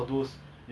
exactly